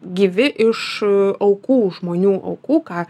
gyvi iš aukų žmonių aukų ką